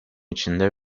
içinde